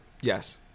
Yes